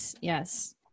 Yes